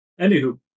Anywho